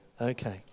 Okay